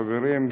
חברים,